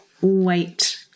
wait